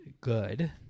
good